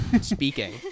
speaking